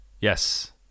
yes